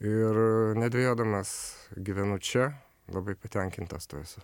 ir nedvejodamas gyvenu čia labai patenkintas tuo esu